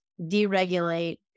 deregulate